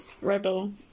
Rebel